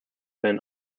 been